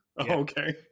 okay